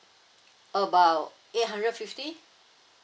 about eight hundred fifty